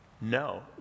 No